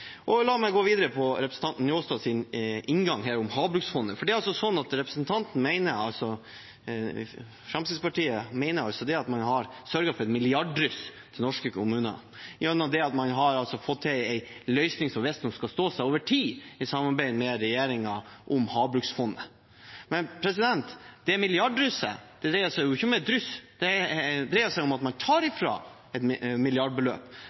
La meg gå videre på representanten Njåstads inngang til havbruksfondet. Fremskrittspartiet mener altså at man i samarbeid med regjeringen om havbruksfondet har sørget for et milliarddryss til norske kommuner gjennom at man har fått til en løsning som visstnok skal stå seg over tid. Men det milliarddrysset dreier seg ikke om et dryss, det dreier seg om at man tar ifra et milliardbeløp, rundt 1,55 mrd. kr, ut fra den siste prognosen. At det skaper sikkerhet og trygghet for hvilke kommunale områder man kan styrke i